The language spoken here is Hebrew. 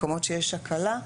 מקומות שיש הקלה,